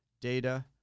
Data